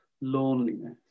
loneliness